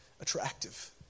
attractive